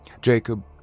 Jacob